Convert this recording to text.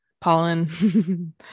pollen